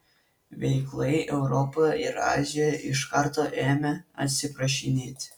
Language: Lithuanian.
veiklai europoje ir azijoje iš karto ėmė atsiprašinėti